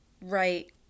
right